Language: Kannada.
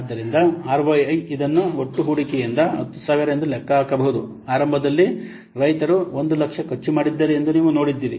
ಆದ್ದರಿಂದ ಆರ್ಒಐ ಇದನ್ನು ಒಟ್ಟು ಹೂಡಿಕೆಯಿಂದ 10000 ಎಂದು ಲೆಕ್ಕಹಾಕಬಹುದು ಆರಂಭದಲ್ಲಿ ರೈತರು 100000 ಖರ್ಚು ಮಾಡಿದ್ದಾರೆ ಎಂದು ನೀವು ನೋಡಿದ್ದೀರಿ